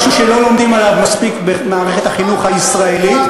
משהו שלא לומדים עליו מספיק במערכת החינוך הישראלית,